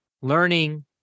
learning